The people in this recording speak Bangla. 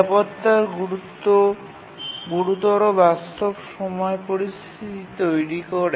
নিরাপত্তা গুরুতর বাস্তব সময় পরিস্থিতি তৈরি করে